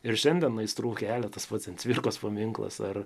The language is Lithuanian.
ir šiandien aistrų kelia tas pats ten cvirkos paminklas ar